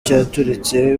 cyaturitse